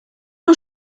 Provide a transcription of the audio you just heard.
não